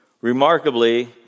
Remarkably